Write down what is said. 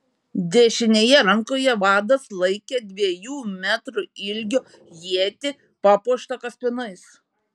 dešinėje rankoje vadas laikė dviejų metrų ilgio ietį papuoštą kaspinais